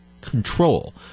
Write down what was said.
control